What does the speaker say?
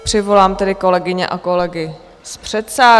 Přivolám tedy kolegyně a kolegy z předsálí.